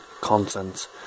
content